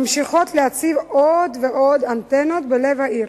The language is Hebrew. ממשיכות להציב עוד ועוד אנטנות בלב העיר.